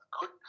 good